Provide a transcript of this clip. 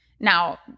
Now